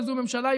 וזו ממשלה,